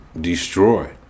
destroy